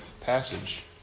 passage